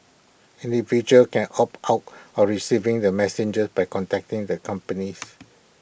individuals can opt out of receiving the messages by contacting the companies